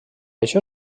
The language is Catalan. això